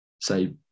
say